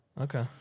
Okay